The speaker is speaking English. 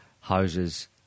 houses